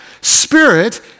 spirit